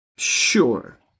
Sure